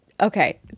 okay